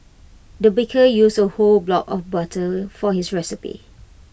the baker used A whole block of butter for his recipe